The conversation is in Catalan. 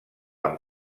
amb